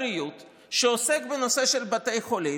אבל מחוקקים פה חוק בוועדת הבריאות שעוסק בנושא של בתי חולים,